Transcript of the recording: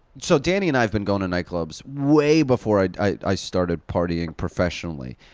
so danny and i have been going to nightclubs way before i i started partying professionally.